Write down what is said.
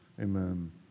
Amen